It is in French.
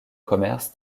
commerce